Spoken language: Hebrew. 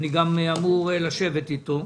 אני גם אמור לשבת איתו.